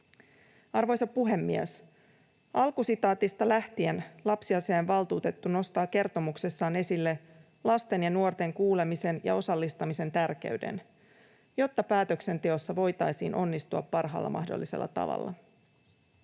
Arvoisa puhemies! Alkusitaatista lähtien lapsiasiainvaltuutettu nostaa kertomuksessaan esille lasten ja nuorten kuulemisen ja osallistamisen tärkeyden, jotta päätöksenteossa voitaisiin onnistua parhaalla mahdollisella tavalla.